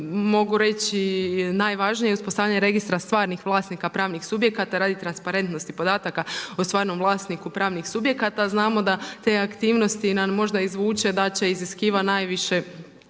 mogu reći, najvažnije, uspostavljanje registra stvarnih vlasnika pravnih subjekata radi transparentnosti podataka o stvarnom vlasniku pravnih subjekata. Znamo da te aktivnosti nam možda i zvuče da iziskiva najviše